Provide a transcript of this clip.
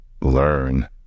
learn